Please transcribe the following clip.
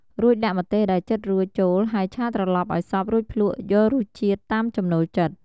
រួចដាក់ម្ទេសដែលចិតរួចចូលហើយឆាត្រឡប់ឱ្យសព្វរួចភ្លក្សយករសជាតិតាមចំណូលចិត្ត។